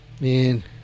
Man